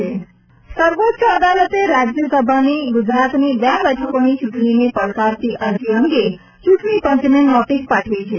Supreme Court રાજ્યસભા સર્વોચ્ચ અદાલતે રાજ્યસભાની ગુજરાતની બે બેઠકોની ચૂંટણીને પડકારતી અરજી અંગે ચૂંટણીપંચને નોટીસ પાઠવી છે